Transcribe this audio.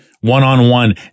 one-on-one